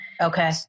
Okay